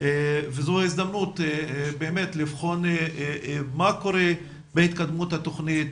וזו ההזדמנות באמת לבחון מה קורה בהתקדמות התוכנית,